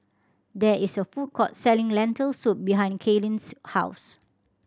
there is a food court selling Lentil Soup behind Kalen's house